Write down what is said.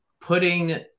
putting